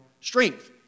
strength